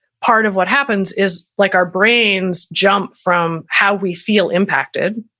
part of what happens is like our brains jump from how we feel impacted,